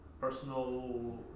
personal